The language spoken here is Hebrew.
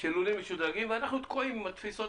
של לולים משודרגים ואנחנו תקועים עם התפיסות